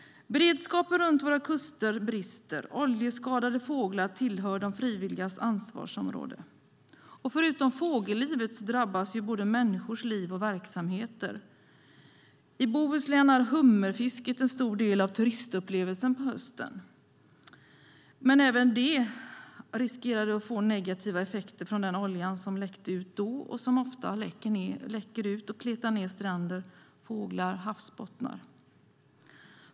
Beredskapen runt våra kuster brister, och oljeskadade fåglar tillhör de frivilligas ansvarsområde. Förutom fågellivet drabbas både människors liv och verksamheter. I Bohuslän är hummerfisket en stor del av turistupplevelsen på hösten, men även det riskerar att få negativa effekter från den olja som läckte ut då och som ofta läcker ut och kletar ned stränder, fåglar och havsbottnar.